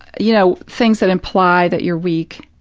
you know, things that imply that you're weak